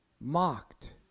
mocked